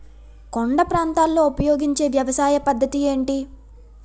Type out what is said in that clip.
కొండ ప్రాంతాల్లో ఉపయోగించే వ్యవసాయ పద్ధతి ఏంటి?